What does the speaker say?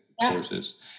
courses